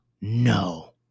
No